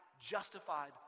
justified